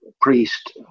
priest